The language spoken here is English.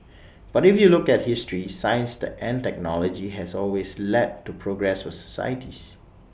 but if you look at history science the and technology has always led to progress for societies